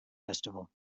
festival